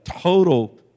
total